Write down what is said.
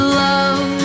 love